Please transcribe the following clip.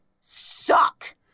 suck